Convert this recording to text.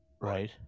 Right